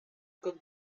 con